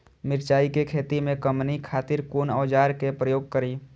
मिरचाई के खेती में कमनी खातिर कुन औजार के प्रयोग करी?